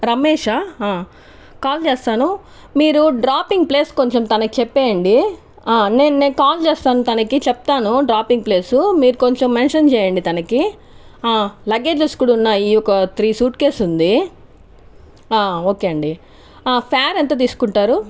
రమేషా call చేస్తాను మీరు dropping place కొంచం తనకి చెప్పేయండి నేను నేను కాల్ చేస్తాను తనకి చెప్తాను డ్రాపింగ్ ప్లేసు మీరు కొంచం మెన్షన్ చేయండి తనకి లగేజస్ కూడా ఉన్నాయి ఒక త్రి సూట్కేస్ ఉంది ఓకే అండి ఫేర్ ఎంత తీసుకుంటారు